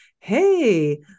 hey